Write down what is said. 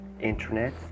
internet